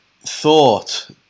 thought